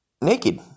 naked